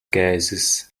gases